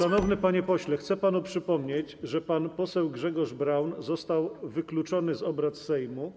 Szanowny panie pośle, chcę panu przypomnieć, że pan poseł Grzegorz Braun został wykluczony z obrad Sejmu.